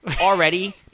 already